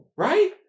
Right